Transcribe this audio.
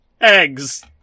eggs